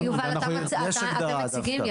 אוקי, רגע, יובל, אתם מציגים?